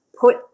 put